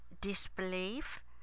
disbelief